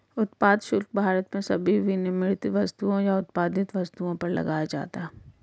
उत्पाद शुल्क भारत में सभी विनिर्मित वस्तुओं या उत्पादित वस्तुओं पर लगाया जाता है